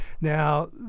Now